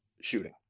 shooting